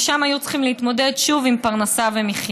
ושם היו צריכים להתמודד שוב עם פרנסה ומחיה.